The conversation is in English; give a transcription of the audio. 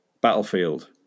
Battlefield